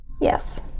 Yes